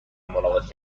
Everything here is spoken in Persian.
ملاقات